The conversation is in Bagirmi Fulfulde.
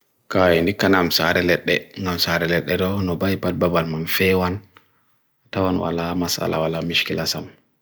Kay, nika namsaareledde, namsaareledde do, nubahipad baban mam fewan atawan wala mas alawala miskilasam.